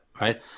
Right